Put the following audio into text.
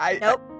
Nope